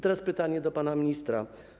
I pytanie do pana ministra.